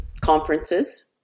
conferences